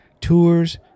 tours